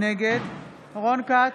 נגד רון כץ,